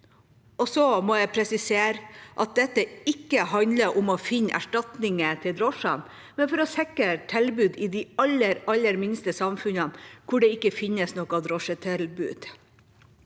Jeg må presisere at dette ikke handler om å finne erstatninger til drosjene, men om å sikre et tilbud i de aller, aller minste samfunnene hvor det ikke finnes noe drosjetilbud.